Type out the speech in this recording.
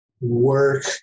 work